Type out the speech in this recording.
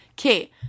Okay